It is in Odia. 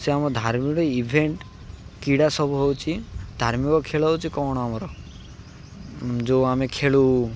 ସେ ଆମ ଧାର୍ମିକର ଇଭେଣ୍ଟ କ୍ରୀଡ଼ା ସବୁ ହେଉଛି ଧାର୍ମିକ ଖେଳ ହେଉଛି କ'ଣ ଆମର ଯେଉଁ ଆମେ ଖେଳୁ